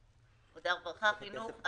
רווחה, חינוך.